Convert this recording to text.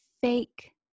fake